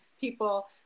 people